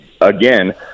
again